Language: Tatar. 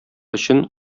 өчен